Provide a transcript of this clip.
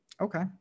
Okay